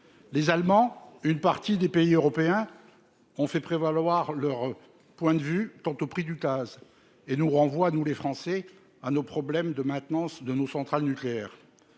les Allemands, une partie des pays européens ont fait prévaloir leur point de vue quant au prix du Taz et nous renvoie, nous les Français, à nos problèmes de maintenance de nos centrales nucléaires,